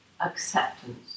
acceptance